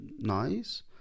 nice